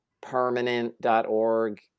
Permanent.org